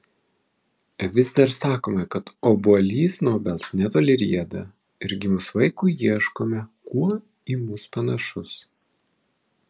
vis dar sakome kad obuolys nuo obels netoli rieda ir gimus vaikui ieškome kuo į mus panašus